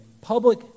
public